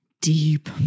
Deep